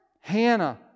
Hannah